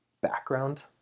background